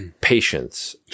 patience